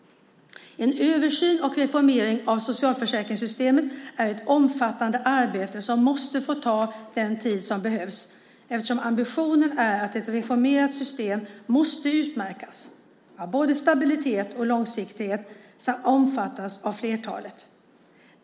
En översyn och reformering av socialförsäkringssystemet är ett omfattande arbete som måste få ta den tid som behövs, eftersom ambitionen är att ett reformerat system måste utmärkas av både stabilitet och långsiktighet samt omfattas av flertalet.